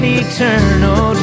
eternal